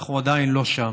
אנחנו עדיין לא שם.